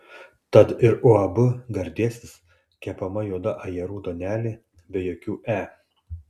tad ir uab gardėsis kepama juoda ajerų duonelė be jokių e